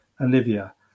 Olivia